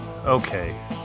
Okay